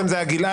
אדוני,